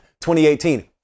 2018